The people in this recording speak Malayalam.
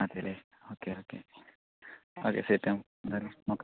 അതെയല്ലെ ഓക്കേ ഓക്കേ അതെ സെറ്റാണ് എന്തായാലും നോക്കാം